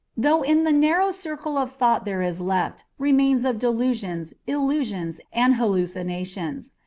though in the narrow circle of thought there is left remains of delusions, illusions, and hallucinations.